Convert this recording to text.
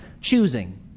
choosing